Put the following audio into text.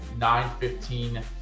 9.15